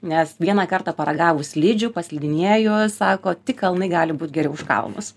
nes vieną kartą paragavus slidžių paslidinėjus sako tik kalnai gali būt geriau už kalnus